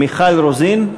מיכל רוזין,